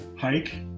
hike